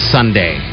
Sunday